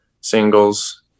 singles